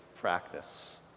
practice